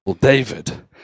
David